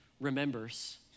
remembers